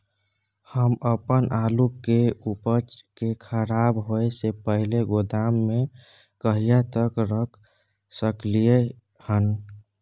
हम अपन आलू के उपज के खराब होय से पहिले गोदाम में कहिया तक रख सकलियै हन?